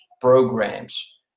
programs